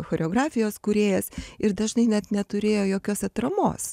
choreografijos kūrėjas ir dažnai net neturėjo jokios atramos